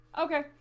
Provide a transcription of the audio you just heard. okay